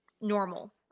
normal